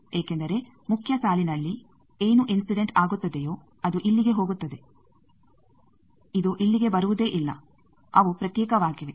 ಏಕೆಂದರೆ ಮುಖ್ಯ ಸಾಲಿನಲ್ಲಿ ಏನು ಇನ್ಸಿಡೆಂಟ್ ಆಗುತ್ತದೆಯೋ ಅದು ಇಲ್ಲಿಗೆ ಹೋಗುತ್ತದೆ ಇದು ಇಲ್ಲಿಗೆ ಬರುವುದೇ ಇಲ್ಲ ಅವು ಪ್ರತ್ಯೇಕವಾಗಿವೆ